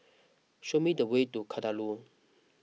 show me the way to Kadaloor